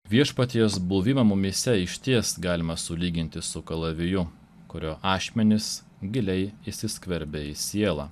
viešpaties buvimą mumyse išties galima sulyginti su kalaviju kurio ašmenys giliai įsiskverbę į sielą